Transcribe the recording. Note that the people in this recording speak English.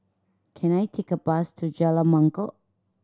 can I take a bus to Jalan Mangkok